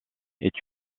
est